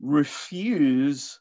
refuse